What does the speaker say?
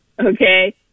Okay